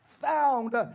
found